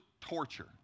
torture